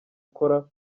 gukora